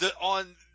on –